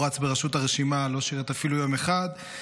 רץ בראשות הרשימה לא שירת אפילו יום אחד,